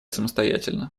самостоятельно